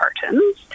cartons